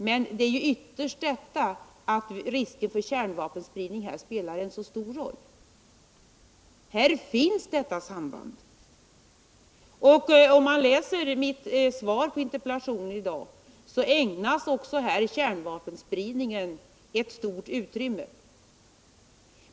Men ytterst är det risken för kärnvapenspridning som spelar stor roll. I mitt svar på interpellationen i dag ägnas kärnvapenspridningen ett stort utrymme.